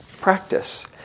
practice